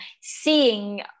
seeing